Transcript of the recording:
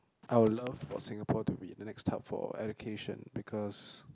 I'll love for Singapore to be the next hub for education because